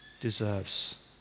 deserves